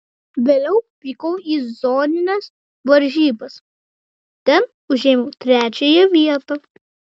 vėliau vykau į zonines varžybas ten užėmiau trečiąją vietą